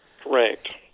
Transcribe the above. Correct